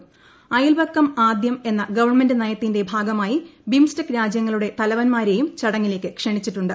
അയൽപക്കം ആദ്യ്ക്ക്മന്ന ഗവൺമെന്റ് നയത്തിന്റെ ഭാഗമായി ബിംസ്റ്റെക്ക് രാജ്യങ്ങളുടെ തലവന്മാരേയും ചടങ്ങിലേക്ക് ക്ഷണിച്ചിട്ടുണ്ട്